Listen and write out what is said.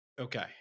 Okay